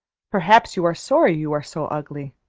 perhaps you are sorry you are so ugly,